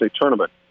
tournament